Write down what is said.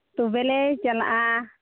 ᱛᱚᱵᱮᱞᱮ ᱪᱟᱞᱟᱜᱼᱟ